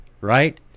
right